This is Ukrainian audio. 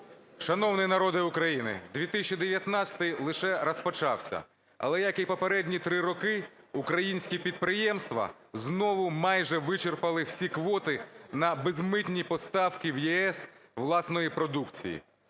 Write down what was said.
Шановний народе України, 2019-й лише розпочався, але, як і попередні 3 роки, українські підприємства знову майже вичерпали всі квоти на безмитні поставки в ЄС власної продукції.